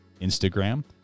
instagram